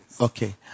Okay